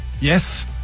Yes